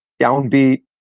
downbeat